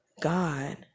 God